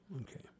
Okay